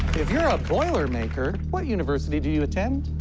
if you're a boilermaker, what university do you attend?